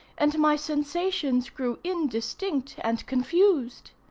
and my sensations grew indistinct and confused.